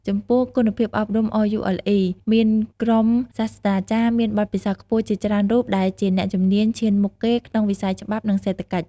ចំពោះគុណភាពអប់រំ RULE មានក្រុមសាស្ត្រាចារ្យមានបទពិសោធន៍ខ្ពស់ជាច្រើនរូបដែលជាអ្នកជំនាញឈានមុខគេក្នុងវិស័យច្បាប់ និងសេដ្ឋកិច្ច។